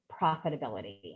profitability